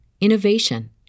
innovation